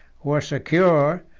were secure,